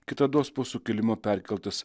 kitados po sukilimo perkeltas